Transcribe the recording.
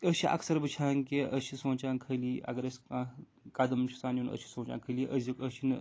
أسۍ چھِ اکثَر وٕچھان کہِ أسۍ چھِ سونٛچان خٲلی اگر أسہِ کانٛہہ قدم چھُ آسان نُن أسۍ چھِ سونٛچان خٲلی أزیُک أسۍ چھِنہٕ